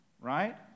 right